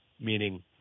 meaning